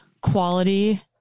quality